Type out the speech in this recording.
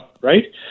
right